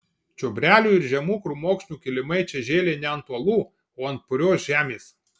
čiobrelių ir žemų krūmokšnių kilimai čia žėlė ne ant uolų o ant purios žemės